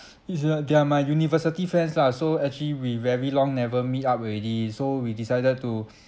he's not there mah university friends lah so actually we very long never meet up already so we decided to